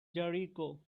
jericho